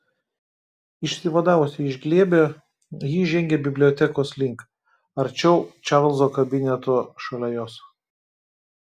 išsivadavusi iš glėbio ji žengė bibliotekos link arčiau čarlzo kabineto šalia jos